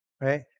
right